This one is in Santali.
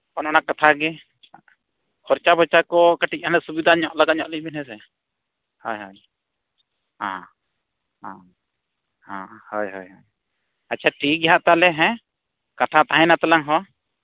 ᱚᱱᱼᱚᱱᱟ ᱢᱟ ᱠᱟᱛᱷᱟ ᱜᱮ ᱠᱷᱚᱨᱪᱟ ᱯᱷᱚᱨᱪᱟ ᱠᱚ ᱠᱟᱹᱴᱤᱡ ᱦᱟᱸᱜ ᱥᱩᱵᱤᱫᱟ ᱧᱚᱜ ᱞᱟᱜᱟᱣ ᱧᱚᱜ ᱞᱤᱧ ᱵᱤᱱ ᱦᱮᱸ ᱥᱮ ᱦᱳᱭ ᱦᱳᱭ ᱦᱚᱸ ᱦᱚᱸ ᱦᱚᱸ ᱦᱳᱭ ᱦᱳᱭ ᱟᱪᱪᱷᱟ ᱴᱷᱤᱠ ᱜᱮᱭᱟ ᱦᱟᱸᱜ ᱛᱟᱦᱚᱞᱮ ᱦᱮᱸ ᱠᱟᱛᱷᱟ ᱛᱟᱦᱮᱱᱟ ᱛᱟᱞᱟᱝ ᱦᱚᱸ